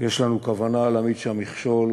יש לנו כוונה להעמיד שם מכשול